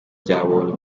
byabonye